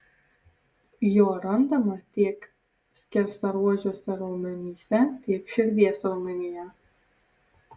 jo randama tiek skersaruožiuose raumenyse tiek širdies raumenyje